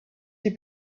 die